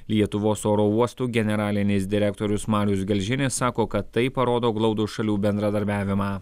lietuvos oro uostų generalinis direktorius marius gelžinis sako kad tai parodo glaudų šalių bendradarbiavimą